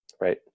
Right